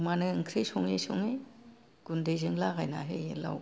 अमानो ओंख्रि सङै सङै गुन्दैजों लागाइनानै होयो लावखौ